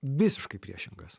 visiškai priešingas